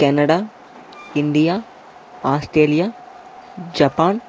Canada India Australia Japan